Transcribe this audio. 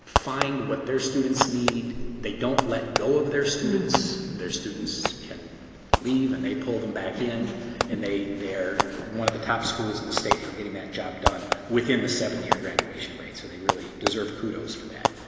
find what their students need. they don't let go of their students. their students can leave and they pull them back in and they are one of the top schools in the state for getting that job done within the seven year graduation rate. so they really deserve kudos for that.